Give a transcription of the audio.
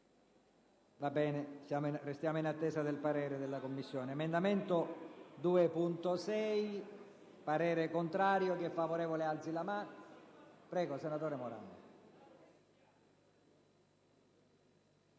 il quale siamo in attesa del parere della Commissione